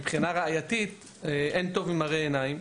כי מבחינה ראייתית אין טוב ממראה עיניים.